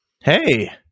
Hey